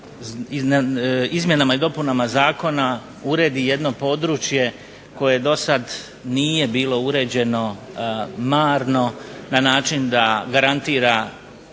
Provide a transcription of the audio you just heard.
izmjenama i dopunama Zakona uredi jedno područje koje do sada nije bilo uređeno marno na način da garantira